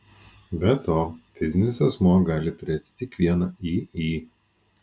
be to fizinis asmuo gali turėti tik vieną iį